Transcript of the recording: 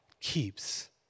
keeps